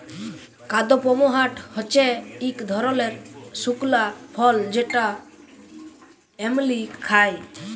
কাদপমহাট হচ্যে ইক ধরলের শুকলা ফল যেটা এমলি খায়